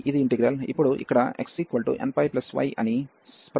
ఇప్పుడు ఇక్కడ xnπy అని ప్రతిక్షేపణ చేస్తాము